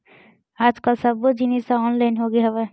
आज कल सब्बो जिनिस तो ऑनलाइन होगे हवय